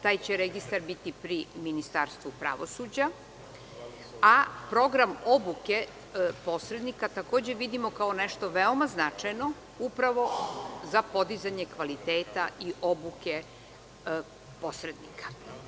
Taj registar će biti pri Ministarstvu pravosuđa, a program obuke posrednika takođe vidimo kao nešto veoma značajno upravo za podizanje kvaliteta i obuke posrednika.